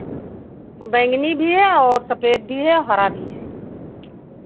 बैंगनी भी है और सफ़ेद भी है और हरा भी है